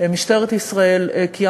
משטרת ישראל והיועץ המשפטי לממשלה,